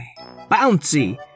Bouncy